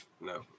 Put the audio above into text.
No